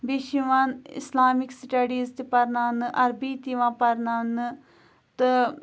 بیٚیہِ چھِ یِوان اِسلامِک سٹیڈیٖز تہِ پَرناونہٕ عربی تہِ یِوان پَرناونہٕ تہٕ